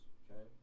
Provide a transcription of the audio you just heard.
okay